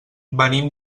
venim